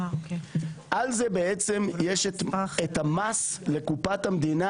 על זה בעצם יש את המס לקופת המדינה